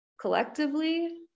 collectively